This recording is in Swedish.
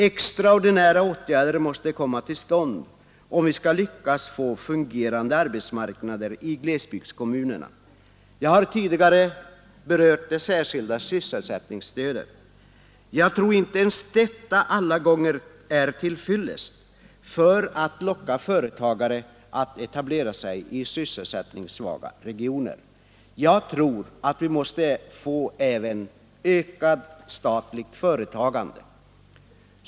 Extraordinära åtgärder måste vidtas, om vi skall kunna få en fungerande arbetsmarknad i glesbygdskommunerna. Jag har tidigare berört det särskilda sysselsättningsstödet, men jag tror att inte ens det stödet alla gånger är till fyllest för att locka företagare att etablera sig i sysselsättningssvaga regioner. Vi måste också få ökat statligt företagande.